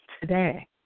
today